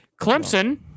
Clemson